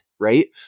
right